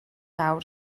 awr